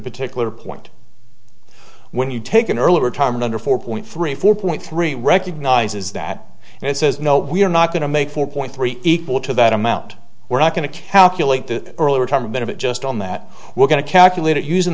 particular point when you take an early retirement under four point three four point three recognizes that and says no we're not going to make four point three equal to that amount we're not going to calculate the early retirement benefit just on that we're going to calculate it using